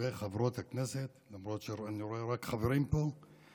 וחברות הכנסת, למרות שאני רואה רק חברים פה,